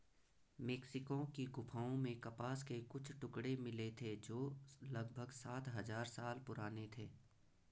Mexico की गुफाओं में कपास के कुछ टुकड़े मिले थे जो लगभग सात हजार साल पुराने थे